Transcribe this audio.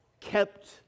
kept